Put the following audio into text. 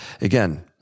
again